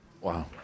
Wow